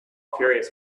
furious